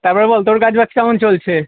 তারপর বল তোর কাজ বাজ কেমন চলছে